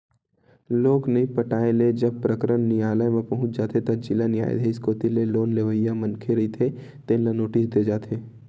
loan नइ पटाए ले जब प्रकरन नियालय म पहुंच जाथे त जिला न्यायधीस कोती ले लोन लेवइया मनखे रहिथे तेन ल नोटिस दे जाथे